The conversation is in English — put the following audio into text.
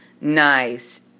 Nice